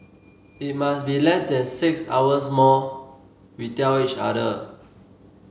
it must be less than six hours more we tell each other